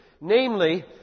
Namely